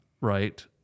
right